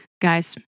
Guys